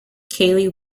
keighley